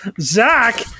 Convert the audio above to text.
Zach